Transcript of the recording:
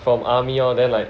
from army lor then like